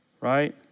Right